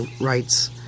rights